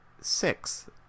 six